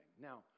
Now